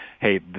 hey